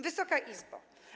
Wysoka Izbo!